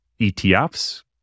ETFs